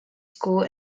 school